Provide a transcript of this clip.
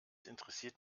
interessiert